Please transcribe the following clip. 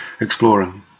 Exploring